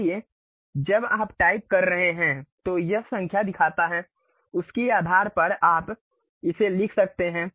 इसलिए जब आप टाइप कर रहे हैं तो यह संख्या दिखाता है उसके आधार पर आप इसे लिख सकते हैं